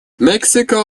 мексика